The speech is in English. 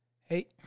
Hey